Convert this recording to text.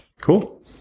Cool